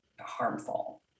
harmful